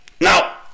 Now